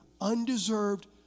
undeserved